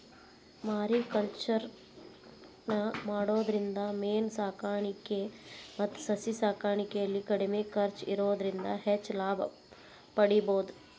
mariculture ನ ಮಾಡೋದ್ರಿಂದ ಮೇನ ಸಾಕಾಣಿಕೆ ಮತ್ತ ಸಸಿ ಸಾಕಾಣಿಕೆಯಲ್ಲಿ ಕಡಿಮೆ ಖರ್ಚ್ ಇರೋದ್ರಿಂದ ಹೆಚ್ಚ್ ಲಾಭ ಪಡೇಬೋದು